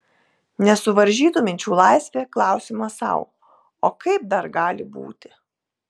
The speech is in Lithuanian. nesuvaržytų minčių laisvė klausimas sau o kaip dar gali būti